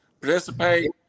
participate